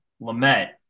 lamette